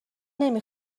نمی